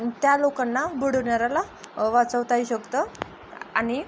त्या लोकांना बुडवणाऱ्याला वाचवता येऊ शकतं आणि